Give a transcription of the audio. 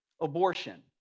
abortion